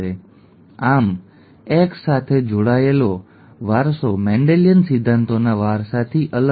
આમ X સાથે જોડાયેલો વારસો મેન્ડેલિયન સિદ્ધાંતોના વારસાથી અલગ છે